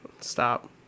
Stop